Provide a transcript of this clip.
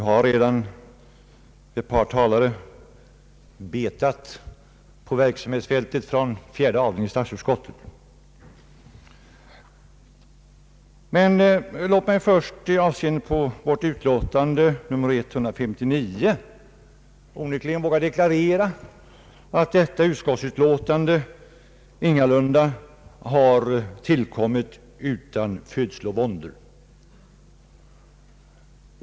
Herr talman! Ett par talare har redan betat på verksamhetsfältet från statsutskottets fjärde avdelning. Låt mig emellertid först med avseende på vårt utlåtande nr 159 våga deklarera att detta utskottsutlåtande ingalunda tillkommit utan födslovåndor.